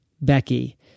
Becky